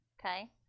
Okay